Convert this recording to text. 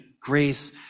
grace